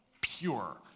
pure